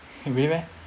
really meh